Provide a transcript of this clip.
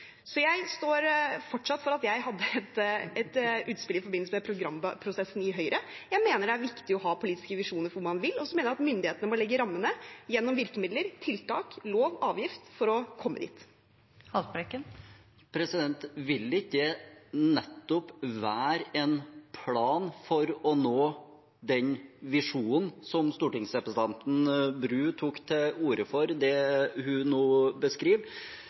Så jeg står fortsatt for at jeg hadde et utspill i forbindelse med programprosessen i Høyre. Jeg mener det er viktig å ha politiske visjoner for hvor man vil, og så mener jeg at myndighetene må legge rammene – gjennom virkemidler, tiltak, lov, avgift – for å komme dit. Vil ikke det nettopp være en plan for å nå den visjonen som stortingsrepresentanten Bru tok til orde for, det som hun nå beskriver?